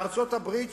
בארצות-הברית,